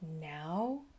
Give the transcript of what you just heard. now